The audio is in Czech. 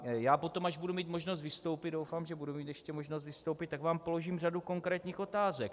Já potom, až budu mít možnost vystoupit doufám, že budu mít možnost vystoupit, tak vám položím řadu konkrétních otázek.